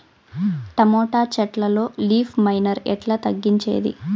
Tomato చెట్లల్లో leaf miner ఎట్లా తగ్గించేది?